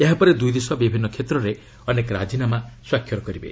ଏହାପରେ ଦୁଇ ଦେଶ ବିଭିନ୍ନ କ୍ଷେତ୍ରରେ ଅନେକ ରାଜିନାମା ସ୍ୱାକ୍ଷର କରିବେ